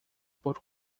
por